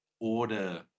Order